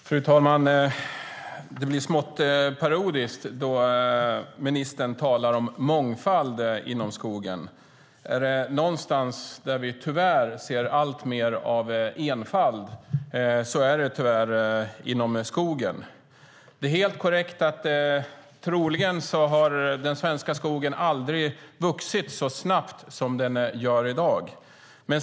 Fru talman! Det blir smått parodiskt när ministern talar om mångfald inom skogen. Om det är någonstans vi tyvärr ser alltmer av enfald är det inom skogen. Det är helt korrekt att den svenska skogen troligen aldrig har vuxit så snabbt som i dag.